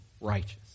righteous